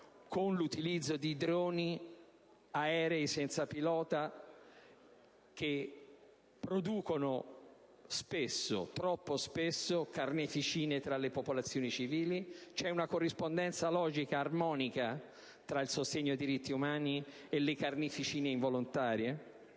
con l'utilizzo di droni, aerei senza pilota, che producono spesso - troppo spesso - carneficine tra le popolazioni civili? C'è una corrispondenza logica e armonica tra il sostegno ai diritti umani e le carneficine involontarie?